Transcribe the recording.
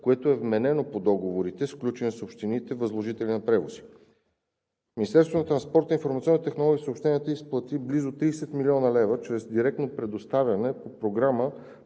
което е вменено по договорите, сключени с общините, възложители на превози. Министерството на транспорта, информационните технологии и съобщенията изплати близо 30 млн. лв. чрез директно предоставяне по Програма